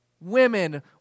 women